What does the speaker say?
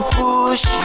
push